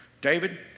David